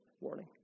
Warning